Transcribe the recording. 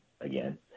again